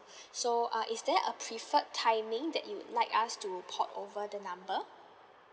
so uh is there a preferred timing that you would like us to port over the number